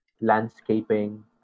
landscaping